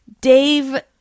Dave